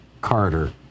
Carter